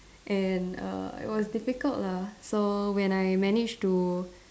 and err it was difficult lah so when I managed to